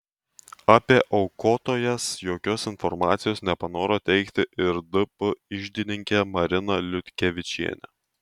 apie aukotojas jokios informacijos nepanoro teikti ir dp iždininkė marina liutkevičienė